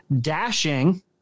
dashing